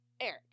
Eric